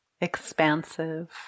expansive